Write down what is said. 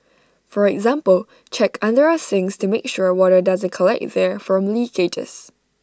for example check under our sinks to make sure water doesn't collect there from leakages